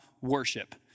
worship